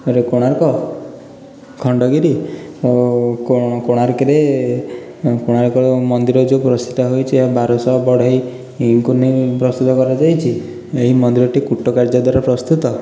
ତା'ପରେ କୋଣାର୍କ ଖଣ୍ଡଗିରି ଆଉ କୋଣାର୍କରେ କୋଣାର୍କ ମନ୍ଦିର ଯେଉଁ ହେଇଛି ଏହା ବାରଶହ ବଢ଼େଇକୁ ନେଇ ପ୍ରସିଦ୍ଧ କରାଯାଇଛି ଏହି ମନ୍ଦିରଟି କୂଟକାର୍ଯ୍ୟ ଦ୍ୱାରା ପ୍ରସ୍ତୁତ